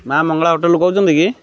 ମା' ମଙ୍ଗଳା ହୋଟେଲ୍ରୁ କହୁଛନ୍ତି କି